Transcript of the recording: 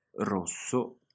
rosso